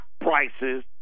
prices